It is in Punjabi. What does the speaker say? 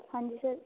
ਹਾਂਜੀ ਸਰ